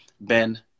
Ben